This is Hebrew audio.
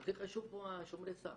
הכי חשוב פה זה שומרי הסף,